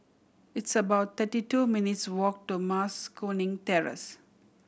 it's about thirty two minutes' walk to Mas Kuning Terrace